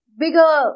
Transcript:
bigger